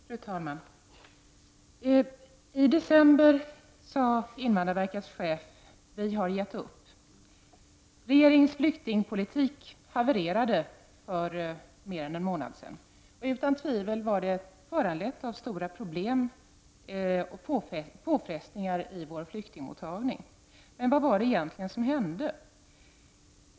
Fru talman! I december sade invandrarverkets chef: ”Vi har gett upp.” Regeringens flyktingpolitik havererade för mer än en månad sedan. Utan tvivel var det föranlett av stora problem och påfrestningar i vår flyktingmottagning. Men vad var det egentligen som hände?